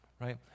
right